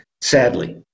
Sadly